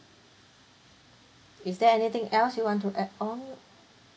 is there anything else you want to add on